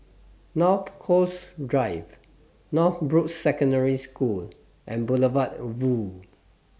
North Coast Drive Northbrooks Secondary School and Boulevard Vue